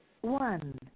One